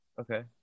Okay